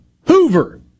Hoover